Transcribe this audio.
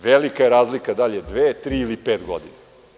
Velika je razlika da li je dve, tri ili pet godina.